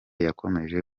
yakomeje